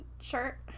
shirt